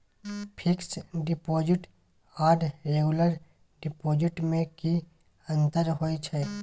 Fix deposit आर regular deposit में की अंतर होय छै?